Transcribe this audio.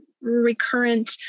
recurrent